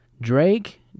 Drake